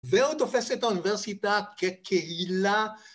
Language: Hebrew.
והוא תופס את האוניברסיטה כקהילה